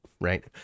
right